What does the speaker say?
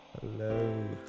hello